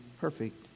perfect